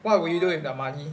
what would you do if the money